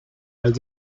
all